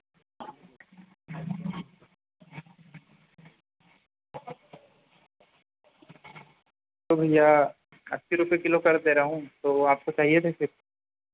तो भैया अस्सी रुपये किलो कर दे रहा हूँ तो आपको चाहिए थे फिर